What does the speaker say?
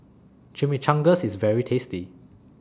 Chimichangas IS very tasty